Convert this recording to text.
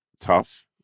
tough